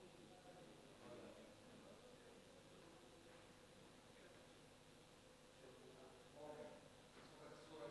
מודה לך על ההחלטה להנהיג את המסורת